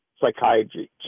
psychiatry